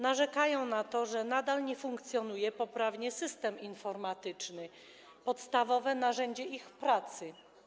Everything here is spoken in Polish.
Narzekają na to, że nadal nie funkcjonuje poprawnie system informatyczny, podstawowe narzędzie ich pracy.